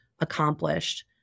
accomplished